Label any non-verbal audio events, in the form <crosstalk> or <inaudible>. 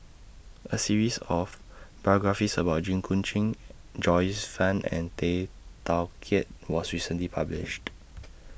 A series of biographies about Jit Koon Ch'ng Joyce fan and Tay Teow Kiat was recently published <noise>